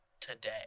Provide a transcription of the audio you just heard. today